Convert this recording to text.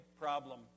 problem